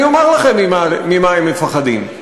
אני אומר לכם ממה הם מפחדים.